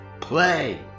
play